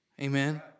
amen